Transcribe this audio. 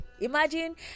imagine